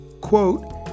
quote